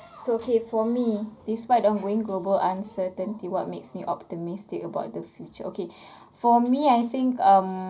so okay for me despite ongoing global uncertainty what makes me optimistic about the future okay for me I think um